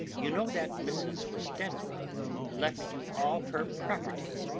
you know that mrs. westenra left you all her property?